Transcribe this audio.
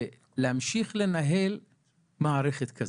ולהמשיך לנהל מערכת כזאת.